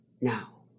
now